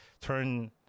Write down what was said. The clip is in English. turn